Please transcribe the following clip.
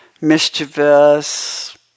mischievous